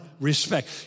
respect